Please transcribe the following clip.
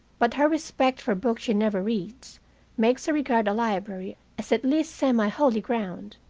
but her respect for books she never reads makes her regard a library as at least semi-holy ground.